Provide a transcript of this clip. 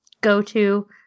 go-to